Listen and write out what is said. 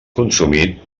consumit